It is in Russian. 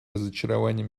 разочарование